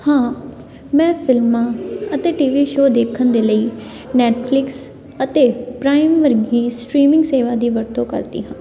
ਹਾਂ ਮੈਂ ਫਿਲਮਾਂ ਅਤੇ ਟੀ ਵੀ ਸ਼ੋ ਦੇਖਣ ਦੇ ਲਈ ਨੈਟਫਲਿਕਸ ਅਤੇ ਪ੍ਰਾਈਮ ਵਰਗੀ ਸਟਰੀਮਿੰਗ ਸੇਵਾ ਦੀ ਵਰਤੋਂ ਕਰਦੀ ਹਾਂ